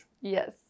Yes